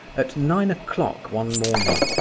at nine o'clock one morning,